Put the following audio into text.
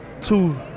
two –